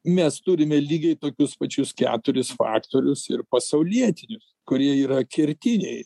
mes turime lygiai tokius pačius keturis faktorius ir pasaulietinius kurie yra kertiniai